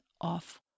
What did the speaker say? off